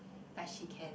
like she can